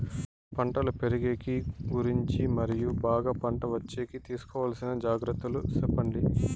పంటలు పెరిగేకి గురించి మరియు బాగా పంట వచ్చేకి తీసుకోవాల్సిన జాగ్రత్త లు సెప్పండి?